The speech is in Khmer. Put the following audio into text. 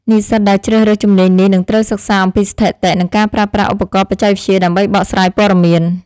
និស្សិតដែលជ្រើសរើសជំនាញនេះនឹងត្រូវសិក្សាអំពីស្ថិតិ និងការប្រើប្រាស់ឧបករណ៍បច្ចេកវិទ្យាដើម្បីបកស្រាយព័ត៌មាន។